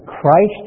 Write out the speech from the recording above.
Christ